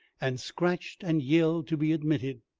and scratched and yelled to be admitted.